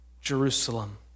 Jerusalem